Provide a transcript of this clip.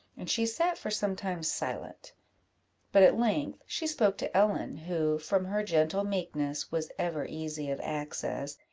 and she sat for some time silent but at length she spoke to ellen, who, from her gentle meekness, was ever easy of access,